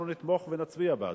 אנחנו נתמוך ונצביע בעדו.